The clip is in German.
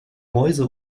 mäuse